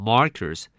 Markers